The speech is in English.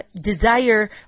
desire